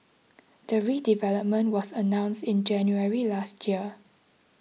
the redevelopment was announced in January last year